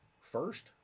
first